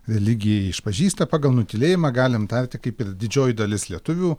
religiją išpažįsta pagal nutylėjimą galim tarti kaip ir didžioji dalis lietuvių